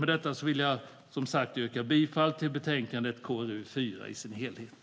Med detta vill jag som sagt var yrka bifall till förslaget i KrU4 i sin helhet.